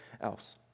else